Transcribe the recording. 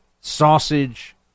sausage